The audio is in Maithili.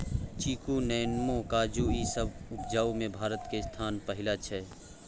चीकू, नेमो, काजू ई सब उपजाबइ में भारत के स्थान पहिला छइ